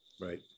Right